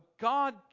God